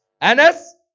Anas